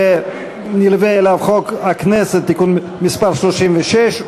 והנלווה אליו חוק הכנסת (תיקון מס' 36),